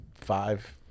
five